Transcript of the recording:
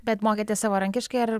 bet mokėtės savarankiškai ar